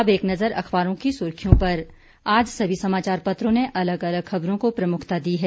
अब एक नजर अखबारों की सुर्खियों पर आज सभी समाचार पत्रों ने अलग अलग खबरों को प्रमुखता दी है